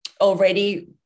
already